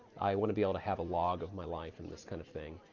i want to be able to have a log of my life and this kind of thing.